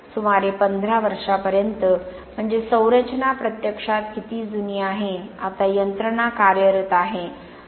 सुमारे 15 वर्षांपर्यंत म्हणजे संरचना प्रत्यक्षात किती जुनी आहे आता यंत्रणा कार्यरत आहे